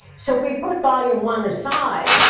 so if we put volume one aside,